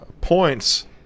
points